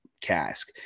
cask